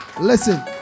Listen